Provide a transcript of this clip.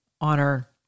honor